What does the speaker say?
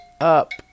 up